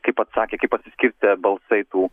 kaip atsakė kaip pasiskirstė balsai tų